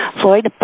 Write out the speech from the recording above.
Floyd